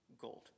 gold